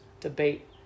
debate